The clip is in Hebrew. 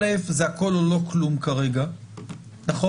א' זה הכול או לא כלום כרגע, נכון?